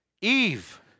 Eve